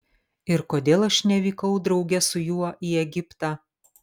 ir kodėl aš nevykau drauge su juo į egiptą